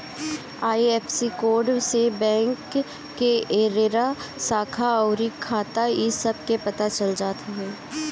IFSC code से bank के area, शाखा अउरी खाता इ सब के पता चल जात हवे